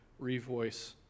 revoice